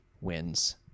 wins